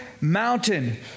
mountain